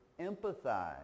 empathize